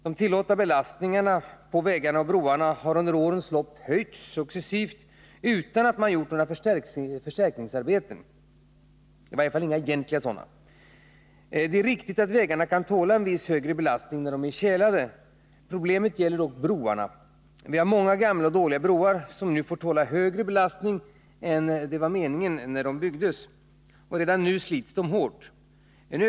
De tillåtna belastningarna på vägarna och broarna har under årens lopp successivt höjts utan att några egentliga förstärkningsarbeten har gjorts. Det är riktigt att vägarna kan tåla en viss högre belastning när de är tjälade. Problemet gäller broarna. Vi har många gamla och dåliga broar som nu får tåla högre belastningar än som var meningen när de byggdes. Redan nu slits dessa broar hårt.